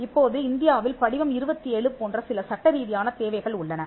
இப்போது இந்தியாவில் படிவம் 27 போன்ற சில சட்டரீதியான தேவைகள் உள்ளன